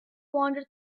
wander